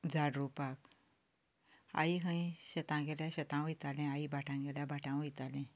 झाड रोवपाक आई खंय शेतांत गेल्यार शेतांत वयतालें आई भाटांत गेल्यार भाटांत वयतालें